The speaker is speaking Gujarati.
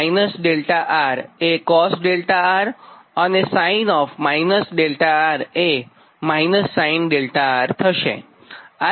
cos 𝛿R એ cos 𝛿R અને sin 𝛿R એ sin 𝛿R થશે